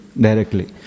directly